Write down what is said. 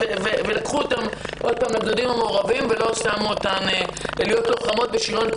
לקחו אותן עוד פעם לגדודים המעורבים ולא שמו אותן להיות לוחמות בשריון,